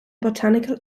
botanical